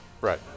right